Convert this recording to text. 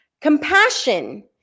Compassion